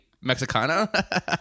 Mexicana